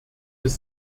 des